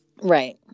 Right